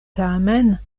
tamen